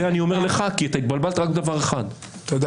זה אני אומר לך כי התבלבלת בדבר אחד -- תודה.